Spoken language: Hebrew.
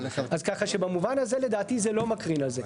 אז ככה שבמובן הזה לדעתי זה לא מקרין על זה.